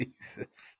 Jesus